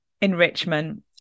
enrichment